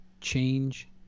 change